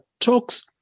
talks